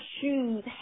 shoes